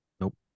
Nope